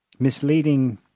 Misleading